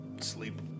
Sleep